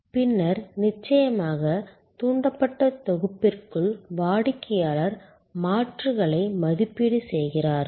பின்னர் நிச்சயமாக தூண்டப்பட்ட தொகுப்பிற்குள் வாடிக்கையாளர் மாற்றுகளை மதிப்பீடு செய்கிறார்